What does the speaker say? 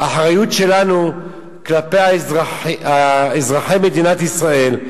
האחריות שלנו כלפי אזרחי מדינת ישראל,